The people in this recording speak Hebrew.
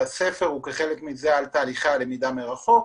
הספר וכחלק מזה על תהליכי הלמידה מרחוק.